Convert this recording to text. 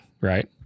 right